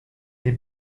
les